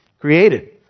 created